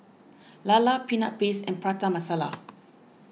Lala Peanut Paste and Prata Masala